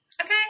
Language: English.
okay